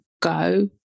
go